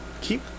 keep